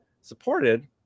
supported